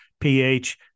pH